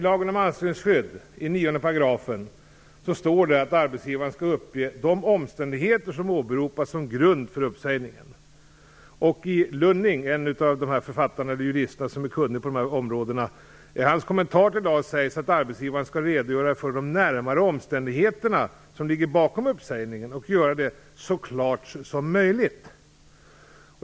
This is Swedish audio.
Herr talman! I 9 § lagen om anställningsskydd står att arbetsgivaren skall uppge de omständigheter som åberopas som grund för uppsägningen. Lunning, en av de jurister som är kunnig på det här området, säger i en kommentar till LAS att arbetsgivaren skall redogöra för de närmare omständigheterna som ligger bakom uppsägningen och göra det så klart som möjligt.